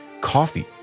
coffee